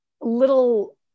little